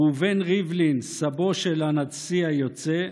ראובן ריבלין, סבו של הנשיא היוצא,